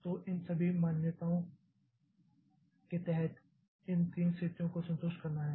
तो इन सभी मान्यताओं के तहत इन तीन स्थितियों को संतुष्ट करना है